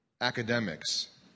academics